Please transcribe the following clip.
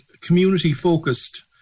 community-focused